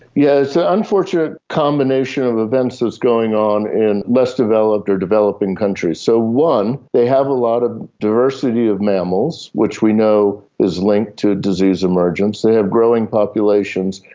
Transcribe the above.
yes, the unfortunate combination of events that's going on in less-developed or developing countries. so one, they have a lot of diversity of mammals which we know is linked to disease emergence. they have growing populations.